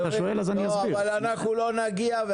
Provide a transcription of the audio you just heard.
אתה שואל אז אסביר --- אבל אנחנו לא נגיע,